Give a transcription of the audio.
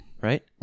Right